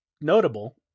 notable